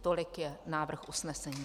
Tolik je návrh usnesení.